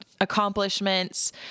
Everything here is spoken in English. accomplishments